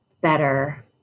better